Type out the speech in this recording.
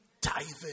Tithing